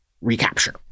Recapture